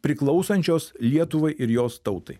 priklausančios lietuvai ir jos tautai